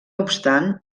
obstant